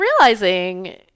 realizing